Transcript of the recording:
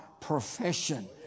profession